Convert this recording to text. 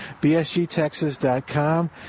bsgtexas.com